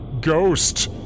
ghost